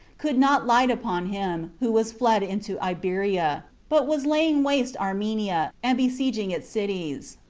could not light upon him, who was fled into iberia, but was laying waste armenia, and besieging its cities.